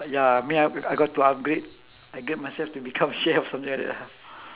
ya I mean I I got to upgrade I get myself to become chef or something like that ah